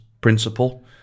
principle